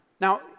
Now